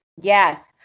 Yes